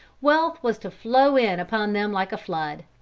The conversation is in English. wealth was to flow in upon them like a flood.